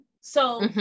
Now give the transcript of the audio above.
So-